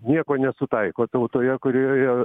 nieko nesutaiko tautoje kurioje